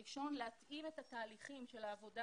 הדבר הראשון הוא להפעיל את התהליכים של העבודה